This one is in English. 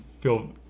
feel